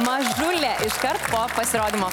mažule iškart po pasirodymo